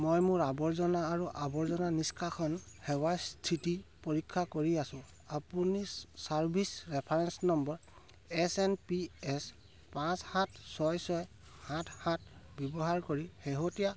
মই মোৰ আৱৰ্জনা আৰু আৱৰ্জনা নিষ্কাশন সেৱাৰ স্থিতি পৰীক্ষা কৰি আছোঁ আপুনি service reference number S N P S পাঁচ সাত ছয় ছয় সাত সাত ব্যৱহাৰ কৰি শেহতীয়া